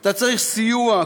אתה צריך סיוע.